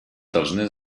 должны